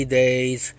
days